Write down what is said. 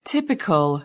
Typical